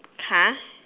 !huh!